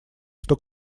что